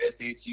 shu